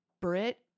Brit